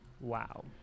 Wow